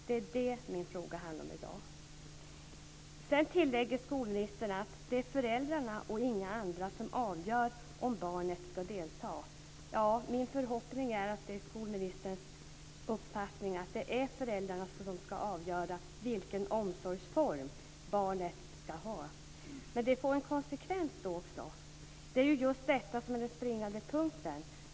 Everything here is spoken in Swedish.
Det är det min fråga i dag handlar om. Sedan tillägger skolministern att det är föräldrarna och inga andra som avgör om barnet ska delta. Ja, min förhoppning är att det är skolministerns uppfattning att det är föräldrarna som ska avgöra vilken omsorgsform barnet ska ha. Men det får också en konsekvens; det är ju just detta som är den springande punkten.